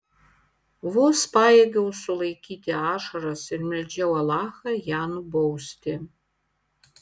vos pajėgiau sulaikyti ašaras ir meldžiau alachą ją nubausti